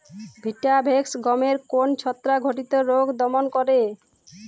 Vitavax গমের কোন ছত্রাক ঘটিত রোগ দমন করে?